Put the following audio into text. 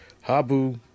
Habu